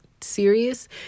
serious